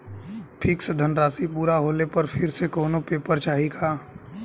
Fix धनराशी पूरा होले पर फिर से कौनो पेपर चाही का?